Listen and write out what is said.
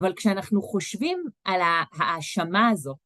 אבל כשאנחנו חושבים על ההאשמה הזו...